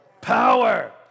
power